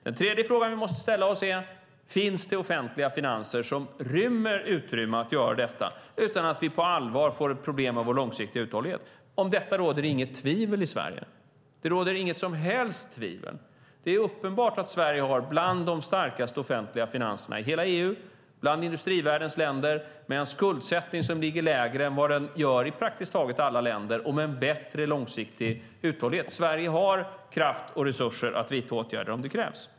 Den tredje frågan som vi måste ställa oss är: Finns det offentliga finanser som ger utrymme för att göra detta utan att vi på allvar får problem med vår långsiktiga uthållighet? Om detta råder det inget tvivel i Sverige. Det råder inget som helst tvivel. Det är uppenbart att Sverige har bland de starkaste offentliga finanserna i hela EU, bland industrivärldens länder, med en skuldsättning som ligger lägre än i praktiskt taget alla länder och med en bättre långsiktig uthållighet. Sverige har kraft och resurser att vidta åtgärder om det krävs.